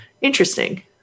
Interesting